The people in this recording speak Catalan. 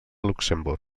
luxemburg